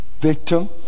victim